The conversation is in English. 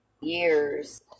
years